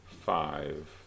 five